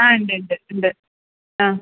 ആ ഉണ്ട് ഉണ്ട് ഉണ്ട് ആ